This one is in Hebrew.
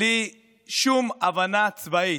בלי שום הבנה צבאית,